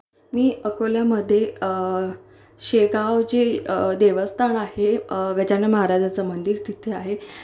मी अकोल्यामध्ये शेगाव जे देवस्थान आहे गजानन महाराजाचं मंदिर तिथे आहे